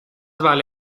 vale